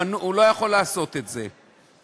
הוא לא יכול לעשות את זה.